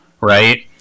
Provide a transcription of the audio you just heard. Right